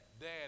Dad